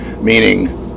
meaning